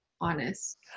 honest